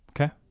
Okay